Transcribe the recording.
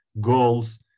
goals